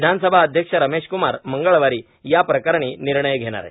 विधानसभा अध्यक्ष रमेश क्मार मंगळवारी या प्रकरणी निर्णय घेणार आहे